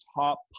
top